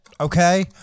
okay